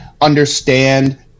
understand